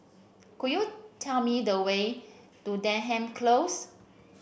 could you tell me the way to Denham Close